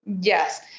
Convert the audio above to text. Yes